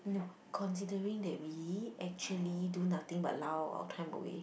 no considering that we actually do nothing but our time away